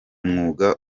mwuga